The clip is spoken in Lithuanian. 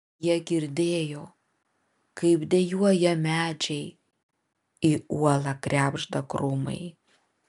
jie girdėjo kaip dejuoja medžiai į uolą krebžda krūmai